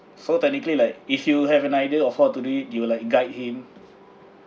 so technically like if you have an idea of what to do do you'll like guide him